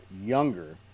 younger